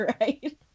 right